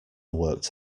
worked